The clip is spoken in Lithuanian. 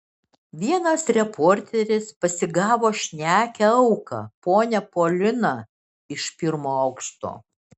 vienas reporteris pasigavo šnekią auką ponią poliną iš pirmo aukšto